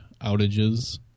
outages